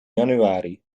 januari